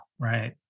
Right